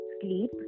sleep